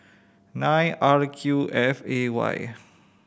nine R Q F A Y